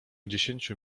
dziesięciu